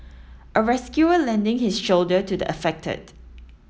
a rescuer lending his shoulder to the affected